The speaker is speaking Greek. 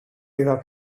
είδα